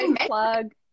plug